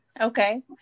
okay